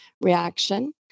reaction